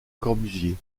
corbusier